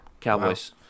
Cowboys